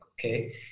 okay